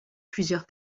plusieurs